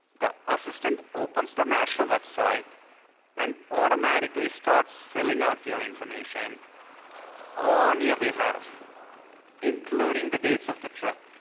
the assistant opens the national website and automatically starts filling out your information on your behalf including the dates of the trip.